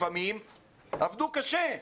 עבדו קשה.